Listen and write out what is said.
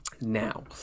Now